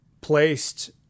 placed